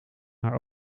haar